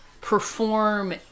perform